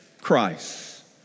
Christ